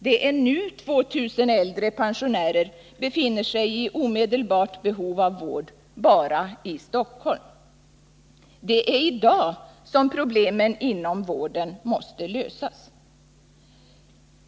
Det är nu 2 000 äldre pensionärer som befinner sig i omedelbart behov av vård bara i Stockholm. Det är i dag som problemen inom vården måste lösas.